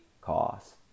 cost